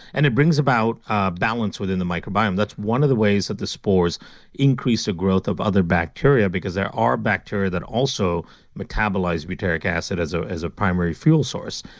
and it brings about a balance within the microbiome. that's one of the ways that the spores increase the growth of other bacteria because there are bacteria that also metabolize butyric acid as ah as a primary fuel source,